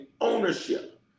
ownership